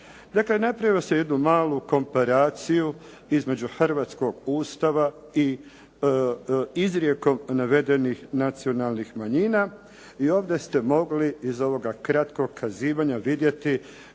Dakle, napravilo se jednu malu komparaciju između hrvatskog Ustava i izrijekom navedenih nacionalnih manjina i ovdje ste mogli iz ovoga kratkog kazivanja vidjeti